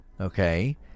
Okay